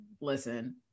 listen